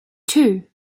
two